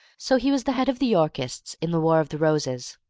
so he was the head of the yorkists in the war of the roses.